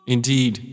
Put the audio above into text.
Indeed